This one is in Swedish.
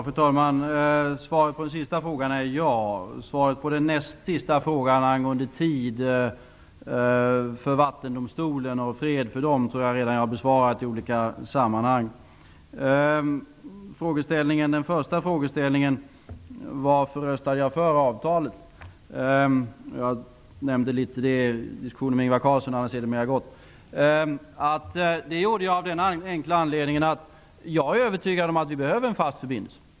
Fru talman! Svaret på den sista frågan är ja. Vattendomstolen och friheten för den, tror jag att jag redan har besvarat i olika sammanhang. Den första frågeställningen, varför jag röstade för avtalet, nämnde jag litet i diskussionen med Ingvar Carlsson; han har sedermera gått. Det gjorde jag av den enkla anledningen att jag är övertygad om att vi behöver en fast förbindelse.